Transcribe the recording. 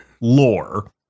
lore